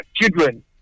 children